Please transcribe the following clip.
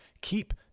Keep